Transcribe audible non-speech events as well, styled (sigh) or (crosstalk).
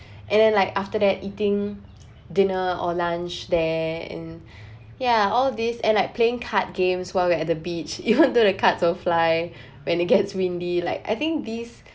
(breath) and then like after that eating dinner or lunch there and (breath) yeah all these and like playing card games while we at the beach (laughs) even though the cards will fly (breath) when it gets windy like I think these